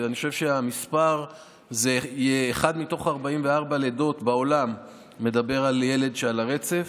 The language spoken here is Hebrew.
אני חושב שהמספר מדבר על ילד אחד מתוך 44 לידות בעולם שהוא על הרצף.